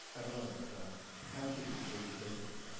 i don't know if the counting may be different,